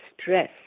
stress